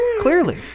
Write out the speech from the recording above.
clearly